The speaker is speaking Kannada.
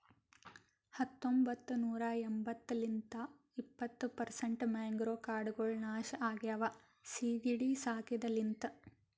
ಹತೊಂಬತ್ತ ನೂರಾ ಎಂಬತ್ತು ಲಿಂತ್ ಇಪ್ಪತ್ತು ಪರ್ಸೆಂಟ್ ಮ್ಯಾಂಗ್ರೋವ್ ಕಾಡ್ಗೊಳ್ ನಾಶ ಆಗ್ಯಾವ ಸೀಗಿಡಿ ಸಾಕಿದ ಲಿಂತ್